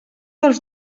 dels